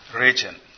region